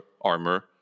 armor